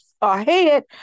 ahead